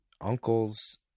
uncles